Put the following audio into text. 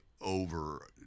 over